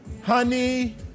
Honey